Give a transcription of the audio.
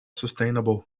sustainable